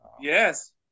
Yes